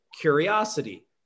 curiosity